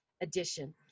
Edition